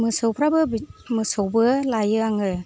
मोसौफ्राबो मोसौबो लायो आङो